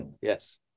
Yes